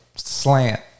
Slant